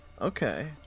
okay